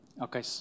Okay